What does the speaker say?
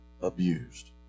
abused